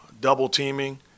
double-teaming